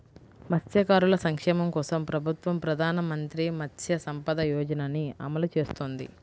మత్స్యకారుల సంక్షేమం కోసం ప్రభుత్వం ప్రధాన మంత్రి మత్స్య సంపద యోజనని అమలు చేస్తోంది